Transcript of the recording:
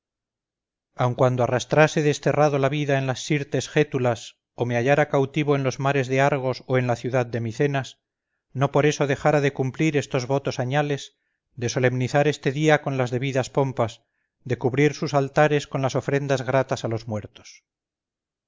aun cuando arrastrase desterrado la vida en las sirtes gétulas o me hallara cautivo en los mares de argos o en la ciudad de micenas no por eso dejara de cumplir estos votos añales de solemnizar este día con las debidas pompas de cubrir sus altares con las ofrendas gratas a los muertos